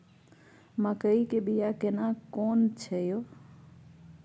मकई के बिया केना कोन छै यो?